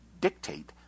dictate